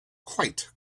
quite